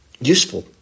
useful